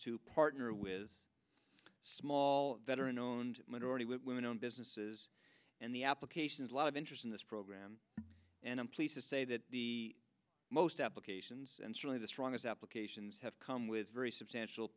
to partner with small veteran owned minority women owned businesses and the applications a lot of interest in this program and i'm pleased to say that the most applications and certainly the strongest applications have come with very substantial